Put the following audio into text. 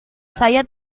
saya